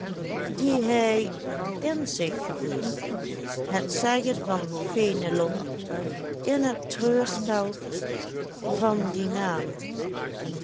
die hij in zich gevoelde het zeggen van fenelon in het treurspel van dien naam